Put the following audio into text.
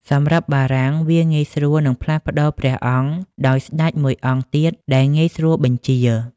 សម្រាប់បារាំង វាងាយស្រួលនឹងផ្លាស់ប្ដូរព្រះអង្គដោយស្ដេចមួយអង្គទៀតដែលងាយស្រួលបញ្ជា។